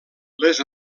les